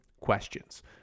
questions